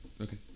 Okay